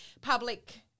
public